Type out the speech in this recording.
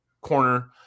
corner